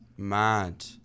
Mad